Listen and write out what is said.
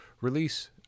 release